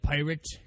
Pirate